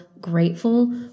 grateful